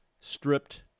stripped